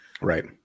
Right